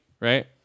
right